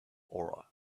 aura